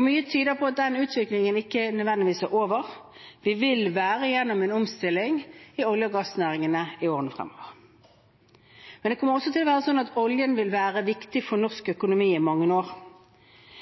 Mye tyder på at den utviklingen ikke nødvendigvis er over. Vi vil være i en omstilling i olje- og gassnæringene i årene fremover. Oljen kommer til å være viktig for norsk økonomi i mange år,